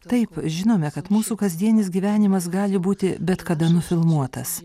taip žinome kad mūsų kasdienis gyvenimas gali būti bet kada nufilmuotas